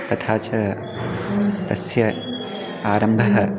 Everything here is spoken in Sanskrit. तथा च तस्य आरम्भः